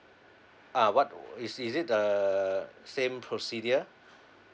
uh what is is it the same procedure